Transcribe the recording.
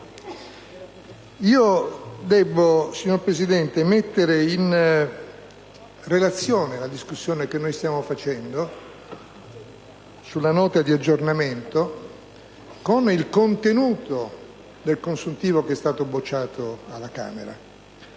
debbo mettere in relazione la discussione che stiamo facendo sulla Nota di aggiornamento con il contenuto del consuntivo bocciato alla Camera.